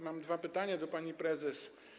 Mam dwa pytania do pani prezes.